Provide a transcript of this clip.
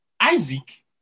Isaac